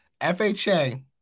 FHA